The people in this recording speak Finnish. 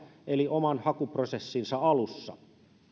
eli oman hakuprosessinsa alussa